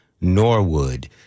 Norwood